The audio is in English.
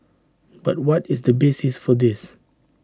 but what is the basis for this